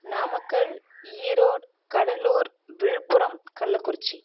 Namakkal Erode Cuddalore Viluppuram Kallakurichi